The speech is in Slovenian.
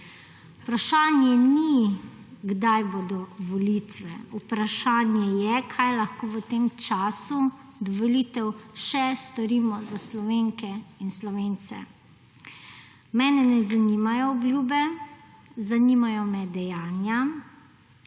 Vprašanje ni, kdaj bodo volitve. Vprašanje je, kaj lahko v tem času do volitev še storimo za Slovenke in Slovence. Mene ne zanimajo obljube, zanimajo me dejanja.